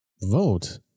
vote